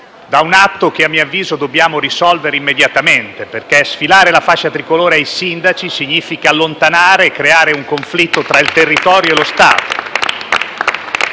tale atto che, a mio avviso, dobbiamo risolvere immediatamente, perché sfilare la fascia tricolore ai sindaci significa creare un conflitto tra il territorio e lo Stato.